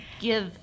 give